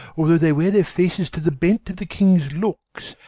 although they wear their faces to the bent of the king's looks,